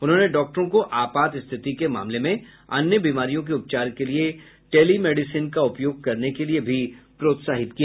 उन्होंने डॉक्टरों को आपात स्थिति के मामले में अन्य बीमारियों के उपचार के लिए टेलीमेडिसन का उपयोग करने के लिए भी प्रोत्साहित किया